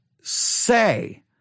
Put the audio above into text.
say